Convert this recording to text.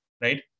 Right